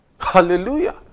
Hallelujah